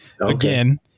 again